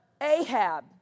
Ahab